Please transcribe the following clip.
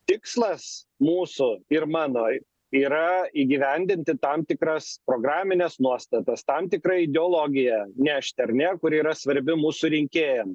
tikslas mūsų ir mano yra įgyvendinti tam tikras programines nuostatas tam tikrai ideologiją nešti ar ne kuri yra svarbi mūsų rinkėjam